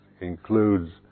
includes